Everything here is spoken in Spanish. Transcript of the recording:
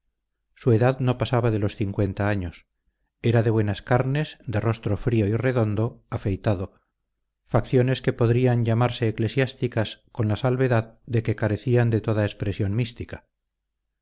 su edad no pasaba de los cincuenta años era de buenas carnes de rostro frío y redondo afeitado facciones que podrían llamarse eclesiásticas con la salvedad de que carecían de toda expresión mística